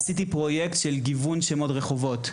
עשיתי פרויקט של גיוון שמות הרחובות,